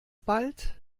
bald